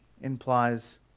implies